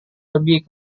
lebih